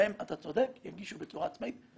הן, אתה צודק, יגישו בצורה עצמאית.